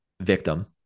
victim